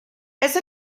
ese